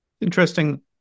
Interesting